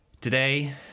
Today